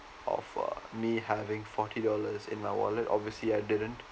of uh me having forty dollars in my wallet obviously I didn't